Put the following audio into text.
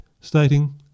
stating